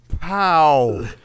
Pow